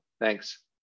Thanks